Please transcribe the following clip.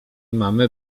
mamy